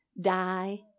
Die